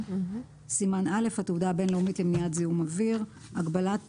סימן א': התעודה הבין-לאומית למניעת זיהום אוויר 107.הגבלת